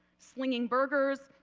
slinging burgers,